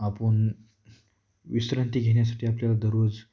आपण विश्रांती घेण्यासाठी आपल्याला दररोज